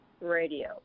Radio